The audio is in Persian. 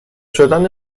شدن